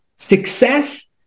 Success